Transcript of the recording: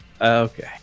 Okay